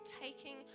taking